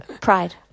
pride